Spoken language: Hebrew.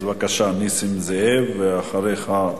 אז בבקשה, נסים זאב, ואחריך,